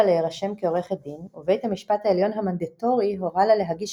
להרשם כעורכת דין ובית המשפט העליון המנדטורי הורה לה להגיש